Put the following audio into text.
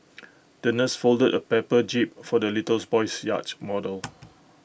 the nurse folded A paper jib for the boy's yacht model